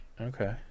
okay